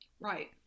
Right